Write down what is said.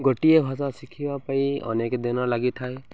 ଗୋଟିଏ ଭାଷା ଶିଖିବା ପାଇଁ ଅନେକ ଦିନ ଲାଗିଥାଏ